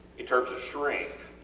in terms of strength,